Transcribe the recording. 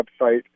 website